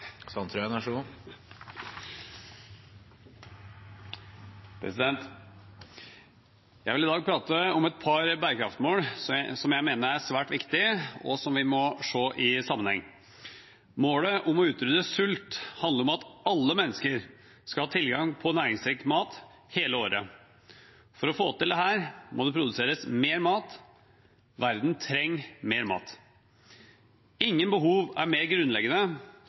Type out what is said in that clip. svært viktige, og som vi må se i sammenheng. Målet om å utrydde sult handler om at alle mennesker skal ha tilgang på næringsrik mat hele året. For å få til dette må det produseres mer mat. Verden trenger mer mat. Ingen behov er mer grunnleggende